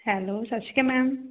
hello ਸਤਿ ਸ਼੍ਰੀ ਅਕਾਲ ਮੈਮ